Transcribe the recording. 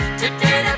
today